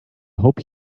hope